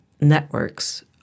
networks